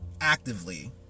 actively